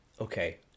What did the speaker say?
Okay